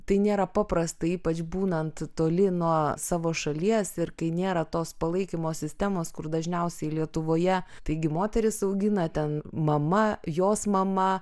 tai nėra paprasta ypač būnant toli nuo savo šalies ir kai nėra tos palaikymo sistemos kur dažniausiai lietuvoje taigi moteris augina ten mama jos mama